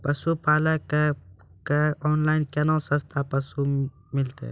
पशुपालक कऽ ऑनलाइन केना सस्ता पसु मिलतै?